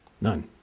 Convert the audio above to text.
none